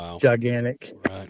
gigantic